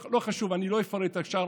לא חשוב, אני לא אפרט את השאר.